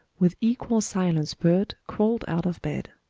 with equal silence bert crawled out of bed.